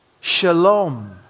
Shalom